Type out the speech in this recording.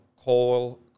coal